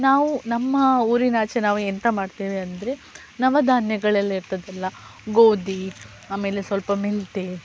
ನಾವು ನಮ್ಮ ಊರಿನಾಚೆ ನಾವು ಎಂತ ಮಾಡ್ತೇವೆ ಅಂದರೆ ನವಧಾನ್ಯಗಳೆಲ್ಲ ಇರ್ತದಲ್ಲ ಗೋಧಿ ಆಮೇಲೆ ಸ್ವಲ್ಪ ಮಿಲ್ತೆ